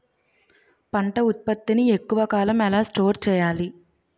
పంట ఉత్పత్తి ని ఎక్కువ కాలం ఎలా స్టోర్ చేయాలి?